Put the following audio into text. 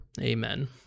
Amen